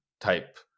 type